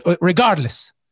Regardless